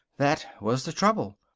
that was the trouble.